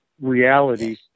reality